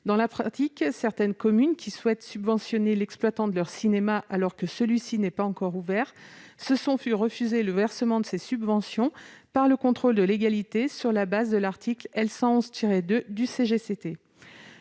Dans la pratique, certaines communes qui souhaitent subventionner l'exploitant de leur cinéma, alors que celui-ci n'est pas encore ouvert, se sont vu refuser le versement de ces subventions par le contrôle de légalité sur la base de l'article L. 1111-2 du code